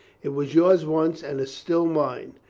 it was yours once and is still mine.